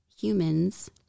humans